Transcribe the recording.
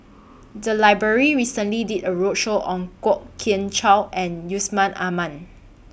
The Library recently did A roadshow on Kwok Kian Chow and Yusman Aman